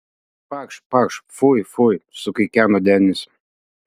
pakšt pakšt fui fui sukikeno denis